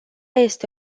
este